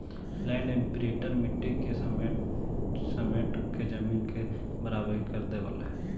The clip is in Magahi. लैंड इम्प्रिंटर मट्टी के समेट के जमीन के बराबर भी कर देवऽ हई